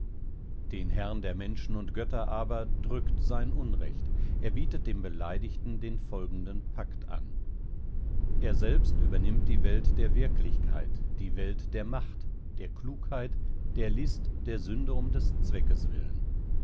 den herrn der menschen und götter aber drückt sein unrecht er bietet dem beleidigten den folgenden pakt an er selbst übernimmt die welt der wirklichkeit die welt der macht der klugheit der list der sünde um des zweckes willen